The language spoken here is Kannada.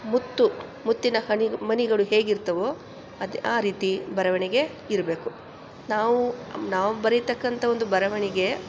ಮುತ್ತು ಮುತ್ತಿನ ಹನಿ ಮಣಿಗಳು ಹೇಗಿರ್ತಾವೋ ಅದು ಆ ರೀತಿ ಬರವಣಿಗೆ ಇರಬೇಕು ನಾವು ನಾವು ಬರೀತಕ್ಕಂಥ ಒಂದು ಬರವಣಿಗೆ